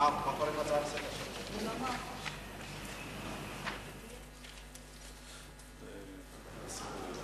ראשון